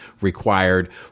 required